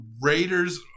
Raiders